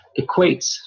equates